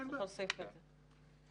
תוסיף את זה.